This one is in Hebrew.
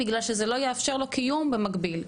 בגלל שזה לא יאפשר לו קיום במקביל.